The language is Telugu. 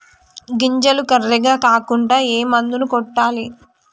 గింజలు కర్రెగ కాకుండా ఏ మందును కొట్టాలి?